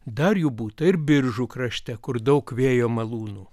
dar jų būta ir biržų krašte kur daug vėjo malūnų